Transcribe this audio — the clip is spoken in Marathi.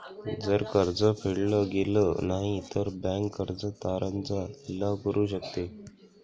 जर कर्ज फेडल गेलं नाही, तर बँक कर्ज तारण चा लिलाव करू शकते